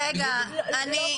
רגע, אני,